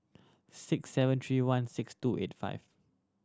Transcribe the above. six seven three one six two eight five